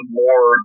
more